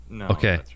Okay